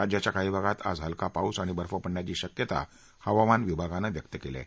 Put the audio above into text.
राज्याच्या काही भागात आज हलका पाऊस आणि बर्फ पडण्याची शक्यता हवामान विभागानं व्यक्त केली आहे